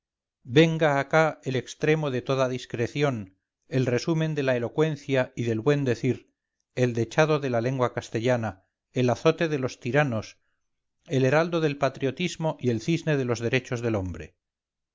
venga acá el extremo de toda discreción el resumen de la elocuencia y del buen decir el dechado de la lengua castellana el azote de los tiranos el heraldo del patriotismo y el cisne de los derechos del hombre